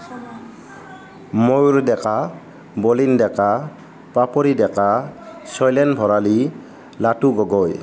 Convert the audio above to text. Mayur Deka Bolin Deka Papori Deka Sailen Bhorali Latu Gogoi